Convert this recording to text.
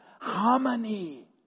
harmony